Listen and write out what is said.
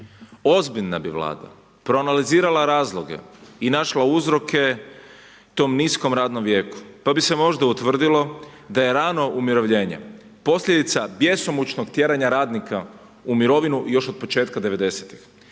Ozbiljna bi Vlada proanalizirala razloge i našla uzroke tom niskom radnom vijeku pa bi se možda utvrdilo da je rano umirovljenje posljedica bjesomučnog tjeranja radnika u mirovinu još od početka 90-ih